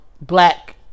black